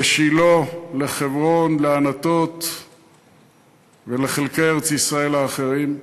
לשילה, לחברון, לענתות ולחלקי ארץ-ישראל האחרים.